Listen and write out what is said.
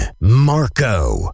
Marco